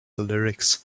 lyrics